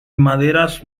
maderas